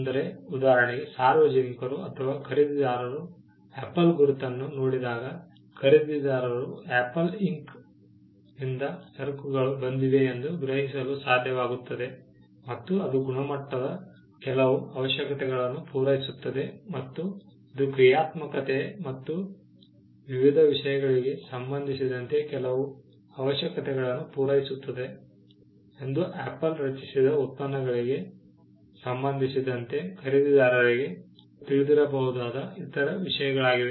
ಅಂದರೆ ಉದಾಹರಣೆಗೆ ಸಾರ್ವಜನಿಕರು ಅಥವಾ ಖರೀದಿದಾರರು ಆಪಲ್ ಗುರುತನ್ನು ನೋಡಿದಾಗ ಖರೀದಿದಾರರು ಆಪಲ್ ಇಂಕ್ನಿಂದ ಸರಕುಗಳು ಬಂದಿವೆ ಎಂದು ಗ್ರಹಿಸಲು ಸಾಧ್ಯವಾಗುತ್ತದೆ ಮತ್ತು ಅದು ಗುಣಮಟ್ಟದ ಕೆಲವು ಅವಶ್ಯಕತೆಗಳನ್ನು ಪೂರೈಸುತ್ತದೆ ಮತ್ತು ಇದು ಕ್ರಿಯಾತ್ಮಕತೆ ಮತ್ತು ವಿವಿಧ ವಿಷಯಗಳಿಗೆ ಸಂಬಂಧಿಸಿದಂತೆ ಕೆಲವು ಅವಶ್ಯಕತೆಗಳನ್ನು ಪೂರೈಸುತ್ತದೆ ಎಂದು ಆಪಲ್ ರಚಿಸಿದ ಉತ್ಪನ್ನಗಳಿಗೆ ಸಂಬಂಧಿಸಿದಂತೆ ಖರೀದಿದಾರರಿಗೆ ತಿಳಿದಿರಬಹುದಾದ ಇತರ ವಿಷಯಗಳಾಗಿವೆ